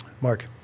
Mark